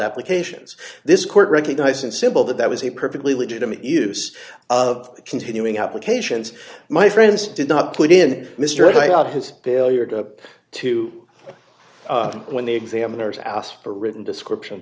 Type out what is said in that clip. applications this court recognized in civil that there was a perfectly legitimate use of continuing applications my friends did not put in mr lay out his failure to to when the examiners asked for written description